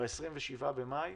ב-27 במאי,